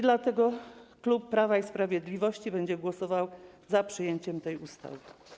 Dlatego klub Prawa i Sprawiedliwości będzie głosował za przyjęciem tej ustawy.